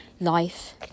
life